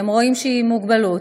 הם רואים שהיא עם מוגבלות,